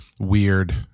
Weird